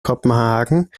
kopenhagen